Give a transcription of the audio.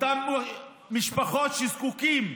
אותן משפחות שזקוקות,